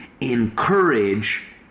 encourage